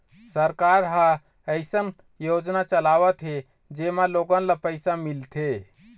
सरकार ह कइठन योजना चलावत हे जेमा लोगन ल पइसा मिलथे